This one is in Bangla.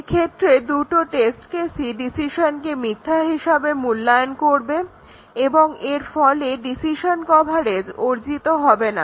এক্ষেত্রে দুটো টেস্ট কেসই ডিসিশনকে মিথ্যা হিসেবে মূল্যায়ন করবে এবং এর ফলে ডিসিশন কভারেজ অর্জিত হবে না